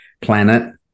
planet